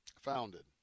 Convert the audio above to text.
founded